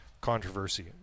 controversy